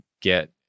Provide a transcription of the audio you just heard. get